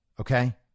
Okay